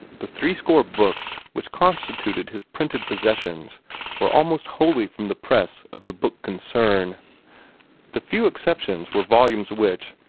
the threescore books which constituted his printed possessions were almost wholly from the press of the book concern the few exceptions were volumes which,